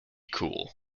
cool